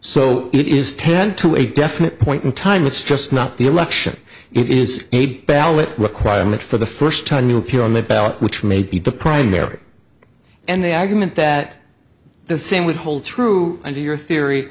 so it is ten to a definite point in time it's just not the election it is a ballot requirement for the first time you appear on the ballot which may be the primary and the argument that the same would hold true under your theory